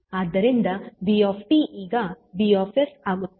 ಆದ್ದರಿಂದ v ಈಗ V ಆಗುತ್ತದೆ